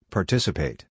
Participate